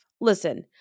Listen